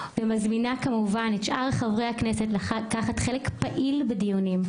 ומזמינה כמובן את שאר חברי הכנסת לקחת חלק פעיל בדיונים,